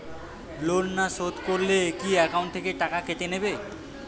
Loan না শোধ করলে কি একাউন্ট থেকে টাকা কেটে নেবে?